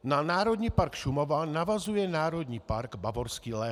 Na Národní park Šumava navazuje Národní park Bavorský les.